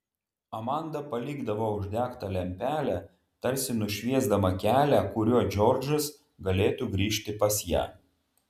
amanda palikdavo uždegtą lempelę tarsi nušviesdama kelią kuriuo džordžas galėtų grįžti pas ją